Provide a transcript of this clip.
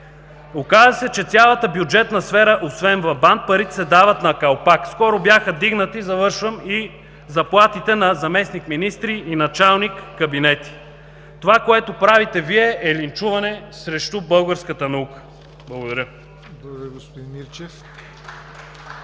Оказа се, че в цялата бюджетна сфера, освен в БАН, парите се дават „на калпак“. Скоро бяха вдигнати, завършвам, и заплатите на заместник-министри и началник-кабинети. Това, което правите Вие, е линчуване срещу българската наука. Благодаря. (Единични ръкопляскания